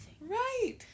Right